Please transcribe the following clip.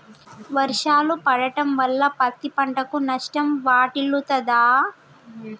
వర్షాలు పడటం వల్ల పత్తి పంటకు నష్టం వాటిల్లుతదా?